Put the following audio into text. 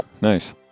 nice